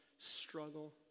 struggle